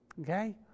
Okay